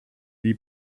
die